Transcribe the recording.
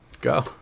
Go